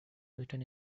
written